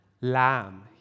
lamb